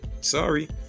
sorry